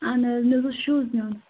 اہن حظ مےٚ حظ اوس شوٗز نِیُن